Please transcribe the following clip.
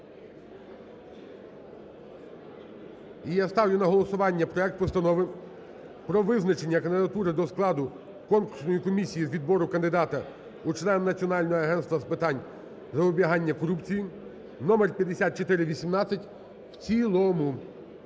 я ставлю на голосування проект Постанови про визначення кандидатури до складу конкурсної комісії з відбору кандидата у члени Національного агентства з питань запобігання корупції (№ 5418) в цілому.